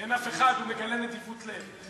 כשאין אף אחד, מגלה נדיבות לב.